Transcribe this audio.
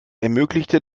ermöglichte